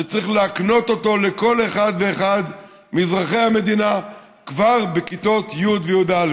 שצריך להקנות אותו לכל אחד ואחד מאזרחי המדינה כבר בכיתות י' וי"א.